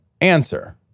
answer